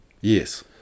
Yes